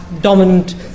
dominant